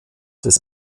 des